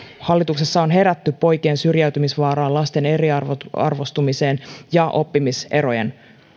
hallituksessa on herätty poikien syrjäytymisvaaraan lasten eriarvoistumiseen ja oppimiserojen